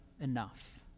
enough